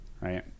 right